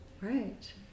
Right